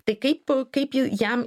tai kaip kaip jį jam